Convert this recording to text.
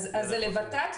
אז זה לות"ת,